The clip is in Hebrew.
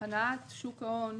הנעת שוק ההון,